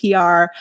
PR